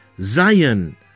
Zion